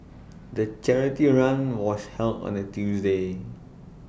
the charity run was held on A Tuesday